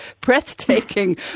breathtaking